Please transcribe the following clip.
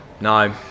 No